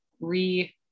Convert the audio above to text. re